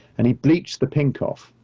and he bleached the pink off,